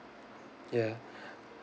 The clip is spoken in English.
ya